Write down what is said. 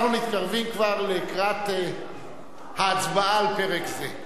אנחנו מתקרבים כבר לקראת ההצבעה על פרק זה.